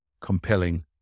compelling